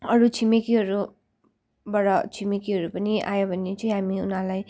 अरू छिमेकीहरूबाट छिमेकीहरू पनि आयो भने चाहिँ हामी उनीहरूलाई